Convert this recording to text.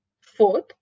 Fourth